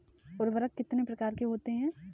उर्वरक कितने प्रकार के होते हैं?